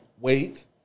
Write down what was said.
wait